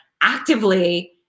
actively